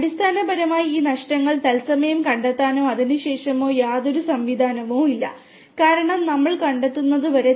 അടിസ്ഥാനപരമായി ഈ നഷ്ടങ്ങൾ തത്സമയം കണ്ടെത്താനോ അതിനുശേഷമോ യാതൊരു സംവിധാനവുമില്ല കാരണം നമ്മൾ കണ്ടെത്തുന്നതുവരെ